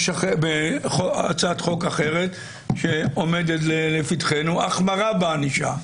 או הצעת חוק אחרת שעומדת לפתחנו והיא החמרה בענישה,